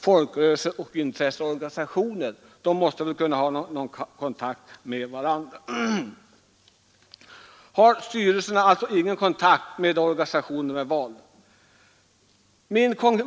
Folkrörelser och intresseorganisationer måste väl kunna ha kontakt med sina representanter. Har styrelseledamöterna ingen kontakt med den organisation som valt dem?